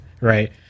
right